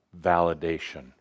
validation